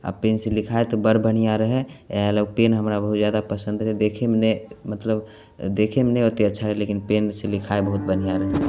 आओर पेनसँ लिखाइत बड़ बढ़िआँ रहय एहे लए ओ पेन हमरा बहुत जादा पसन्द रहय देखयमे नहि मतलब देखयमे नहि ओते अच्छा लेकिन पेनसँ लिखाइ बहुत बढ़िआँ रहय